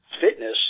fitness